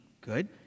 Good